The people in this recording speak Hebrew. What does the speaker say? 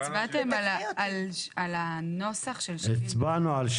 (ג) בבקשת חיבור לחשמל על המבקש לשלם 200,000 שקלים עבור החיבור